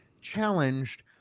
challenged